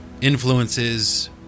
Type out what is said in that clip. influences